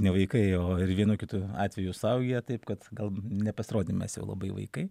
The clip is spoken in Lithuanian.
ne vaikai o ir vienu kitu atveju suaugę taip kad gal nepasirodėm mes jau labai vaikai